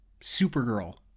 Supergirl